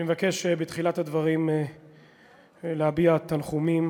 אני מבקש בתחילת הדברים להביע תנחומים